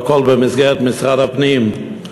והכול במסגרת משרד הפנים.